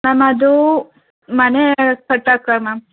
ma'am ಅದು ಮನೆ ಕಟ್ಟೋಕೆ ಮ್ಯಾಮ್